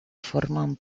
forman